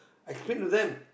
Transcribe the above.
explain to them